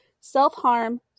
self-harm